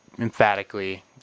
emphatically